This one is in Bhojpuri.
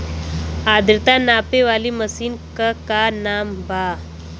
आद्रता नापे वाली मशीन क का नाव बा?